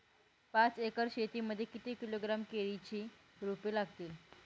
पाच एकर शेती मध्ये किती किलोग्रॅम केळीची रोपे लागतील?